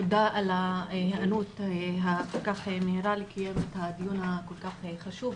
תודה על ההיענות המהירה לקיים את הדיון הכול כך חשוב.